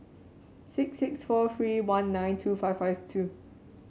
six six four three one nine two five five two